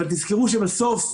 אבל תזכרו שבסוף,